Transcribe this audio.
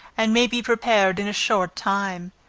and may be prepared in a short time.